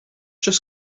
just